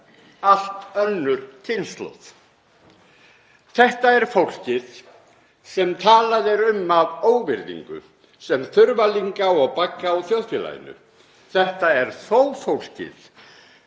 allt önnur kynslóð. Þetta er fólkið sem talað er um af óvirðingu sem þurfalinga og bagga á þjóðfélaginu. Þetta er þó fólkið